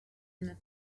and